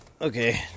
okay